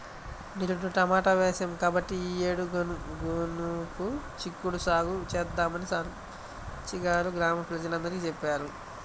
నిరుడు టమాటా వేశాం కాబట్టి ఈ యేడు గనుపు చిక్కుడు సాగు చేద్దామని సర్పంచి గారు గ్రామ ప్రజలందరికీ చెప్పారు